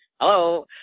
hello